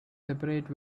separate